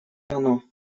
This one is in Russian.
оно